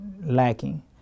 lacking